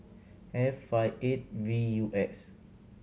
F five eight V U X